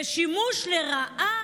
שימוש לרעה